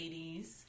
80s